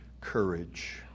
courage